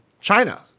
China